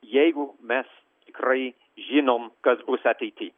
jeigu mes tikrai žinom kas bus ateity